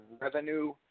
revenue